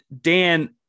Dan